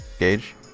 Gage